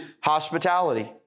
hospitality